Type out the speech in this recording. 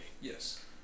Yes